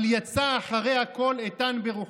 אבל יצא אחרי הכול איתן ברוחו.